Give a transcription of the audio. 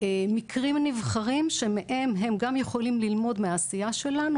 מקרים נבחרים שמהם הם גם יכולים ללמוד מהעשייה שלנו,